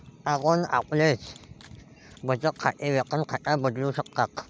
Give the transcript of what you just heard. आपण आपले बचत खाते वेतन खात्यात बदलू शकता